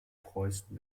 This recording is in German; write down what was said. preußen